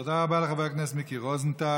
תודה רבה לחבר הכנסת מיקי רוזנטל.